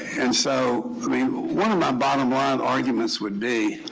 and so i mean one of my bottom-line arguments would be,